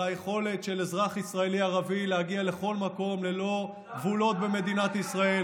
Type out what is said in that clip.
על היכולת של אזרח ישראלי ערבי להגיע לכל מקום ללא גבולות במדינת ישראל